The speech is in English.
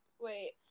wait-